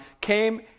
came